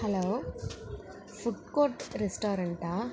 hello food court ரெஸ்ட்டாரண்ட்டா